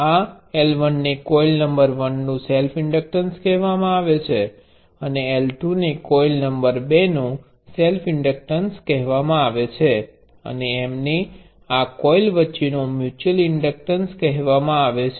આ L1 ને coil number 1 નો સેલ્ફ ઇન્ડક્ટન્સ કહેવામાં આવે છે અને L2 ને કોઇલ નંબર 2 નો સેલ્ફ ઇન્ડક્ટન્સ કહેવામાં આવે છે અને M ને આ કોઇલ વચ્ચેનો મ્યુચ્યુઅલ ઇન્ડક્ટન્સ કહેવામાં આવે છે